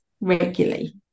regularly